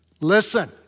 Listen